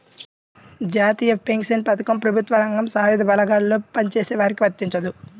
జాతీయ పెన్షన్ పథకం ప్రభుత్వ రంగం, సాయుధ బలగాల్లో పనిచేసే వారికి వర్తించదు